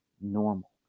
normal